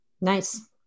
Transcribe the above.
Nice